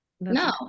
No